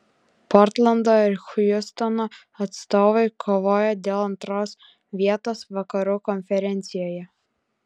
portlando ir hjustono atstovai kovoja dėl antros vietos vakarų konferencijoje